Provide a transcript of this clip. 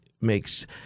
makes